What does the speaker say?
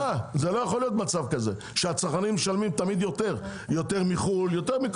זה לא יכול להיות מצב כזה שהצרכנים משלמים תמיד יותר מכל מקום.